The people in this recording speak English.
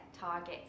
targets